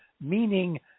meaning